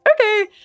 okay